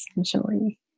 essentially